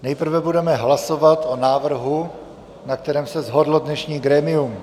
Nejprve budeme hlasovat o návrhu, na kterém se shodlo dnešní grémium.